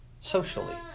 socially